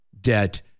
debt